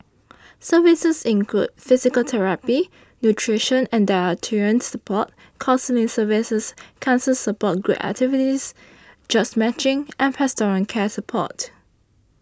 services include physical therapy nutrition and dietitian support counselling services cancer support group activities jobs matching and pastoral care support